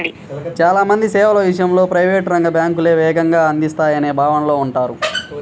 చాలా మంది సేవల విషయంలో ప్రైవేట్ రంగ బ్యాంకులే వేగంగా అందిస్తాయనే భావనలో ఉంటారు